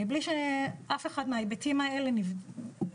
מבלי שאף אחד מההיבטים האלה לא נבדק.